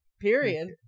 Period